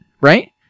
Right